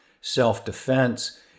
self-defense